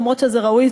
למרות שזה ראוי,